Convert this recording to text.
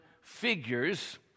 figures